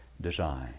design